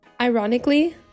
Ironically